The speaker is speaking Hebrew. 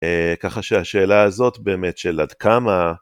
ככה שהשאלה הזאת באמת של עד כמה.